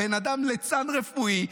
הבן-אדם ליצן רפואי,